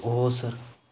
हो सर